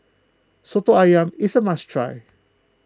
Soto Ayam is a must try